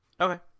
Okay